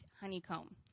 honeycomb